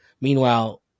Meanwhile